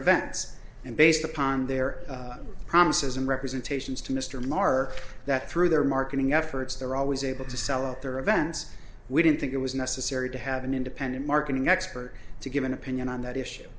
events and based upon their promises and representations to mr mark that through their marketing efforts they were always able to sell out their events we didn't think it was necessary to have an independent marketing expert to give an opinion on that issue